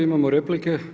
Imamo replike.